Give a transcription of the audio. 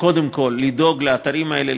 קודם כול לדאוג לאתרים האלה,